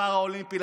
לפראלימפי,